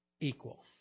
equal